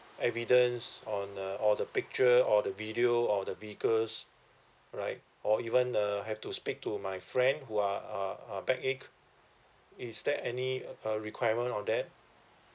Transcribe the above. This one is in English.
evidence on uh or the picture or the video or the vehicles right or even uh have to speak to my friend who are are are backache is that any a requirement on that